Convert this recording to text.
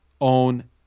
own